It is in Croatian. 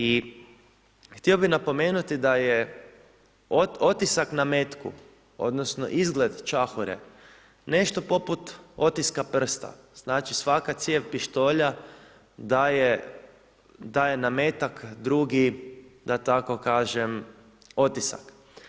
I htio bih napomenuti da je otisak na metku, odnosno izgled čahure nešto poput otiska prsta, znači svaka cijev pištolja daje na metak drugi, da tako kažem otisak.